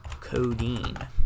codeine